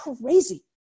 crazy